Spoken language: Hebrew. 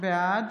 בעד